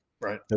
Right